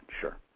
sure